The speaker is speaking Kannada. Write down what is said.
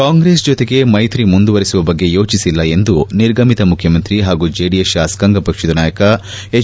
ಕಾಂಗ್ರೆಸ್ ಜೊತೆಗೆ ಮೈತ್ರಿ ಮುಂದುವರೆಸುವ ಬಗ್ಗೆ ಯೋಚಿಸಿಲ್ಲ ಎಂದು ನಿರ್ಗಮಿತ ಮುಖ್ಯಮಂತ್ರಿ ಹಾಗೂ ಜೆಡಿಎಸ್ ಶಾಸಕಾಂಗ ಪಕ್ಷದ ನಾಯಕ ಎಚ್